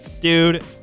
dude